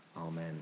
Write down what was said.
amen